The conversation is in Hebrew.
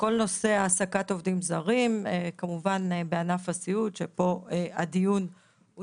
כל נושא העסקת עובדים זרים בענף הסיעוד שפה הדיון הוא